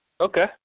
Okay